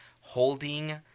holding